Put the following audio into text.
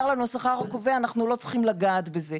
לנו השכר הקובע אנחנו לא צריכים לגעת בזה.